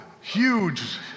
huge